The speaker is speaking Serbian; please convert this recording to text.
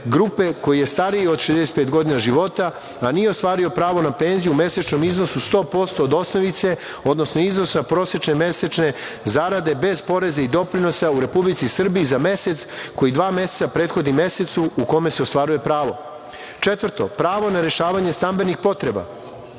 grupe koji je stariji od 65 godina života, a nije ostvario pravo na penziju u mesečnom iznosu 100% od osnovice, odnosno iznosa prosečne mesečne zarade bez poreza i doprinosa u Republici Srbiji za mesec koji dva meseca prethodi mesecu u kome se ostvaruje pravo. Četvrto, pravo na rešavanje stambenih potreba